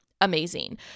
amazing